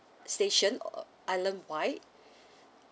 stations uh island-wide